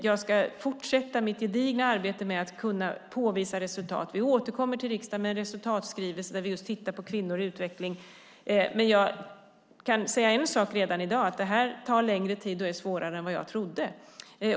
Jag ska fortsätta mitt gedigna arbete med att påvisa resultat. Vi återkommer till riksdagen med en resultatskrivelse där vi just tittar närmare på kvinnor i utvecklingsländer. Men jag kan säga en sak redan i dag. Det här tar längre tid och är svårare än vad jag trodde.